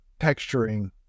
texturing